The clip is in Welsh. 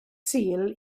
sul